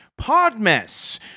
Podmess